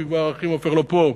כי האחים עופר כבר לא פה,